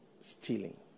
stealing